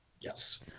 Yes